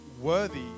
worthy